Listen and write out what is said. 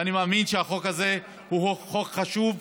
ואני מאמין שהחוק הזה הוא חוק חשוב,